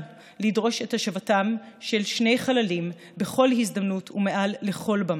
לדרוש את השבתם של שני חללים בכל הזדמנות ומעל לכל במה.